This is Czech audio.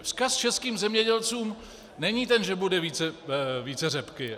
Vzkaz českým zemědělcům není ten, že bude více řepky.